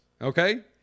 Okay